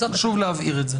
חשוב להבהיר את זה.